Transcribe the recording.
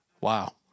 Wow